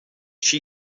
she